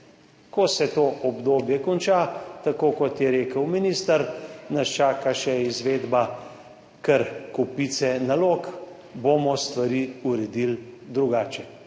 Ko se to obdobje konča, tako kot je rekel minister, nas čaka še izvedba kar kopice nalog, bomo stvari uredili drugače.